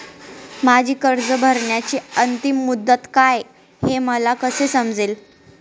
माझी कर्ज भरण्याची अंतिम मुदत काय, हे मला कसे समजेल?